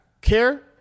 care